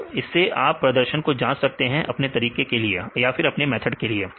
दो इससे आप प्रदर्शन को जांच सकते हैं अपने तरीके के लिए